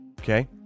Okay